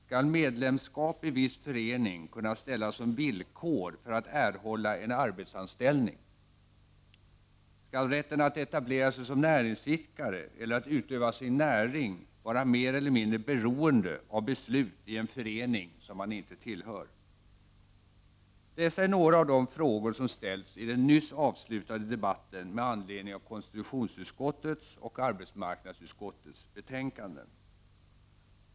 — Skall medlemskap i viss förening kunna ställas som villkor för att erhålla en arbetsanställning? — Skall rätten att etablera sig som näringsidkare eller att utöva sin näring vara mer eller mindre beroende av beslut i en förening som man inte tillhör? Dessa är några av de frågor som ställts i den nyss avslutade debatten med anledning av konstitutionsutskottets och arbetsmarknadsutskottets betänkanden.